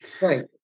Right